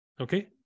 Okay